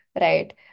right